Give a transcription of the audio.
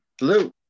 Hello